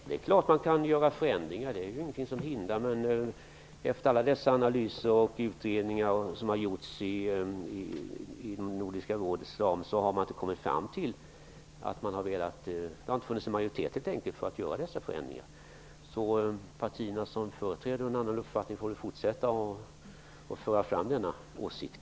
Herr talman! Det är klart att man kan göra förändringar. Det är inget som hindrar det. Men efter alla analyser och utredningar som har gjorts inom Nordiska rådets ram har det inte funnits någon majoritet för att göra dessa förändringar. De partier som företräder en annan uppfattning får väl fortsätta att föra fram denna åsikt.